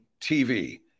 TV